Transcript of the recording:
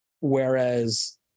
whereas